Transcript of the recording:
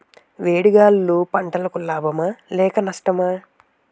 వేడి గాలులు పంటలకు లాభమా లేక నష్టమా?